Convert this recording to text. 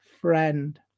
friend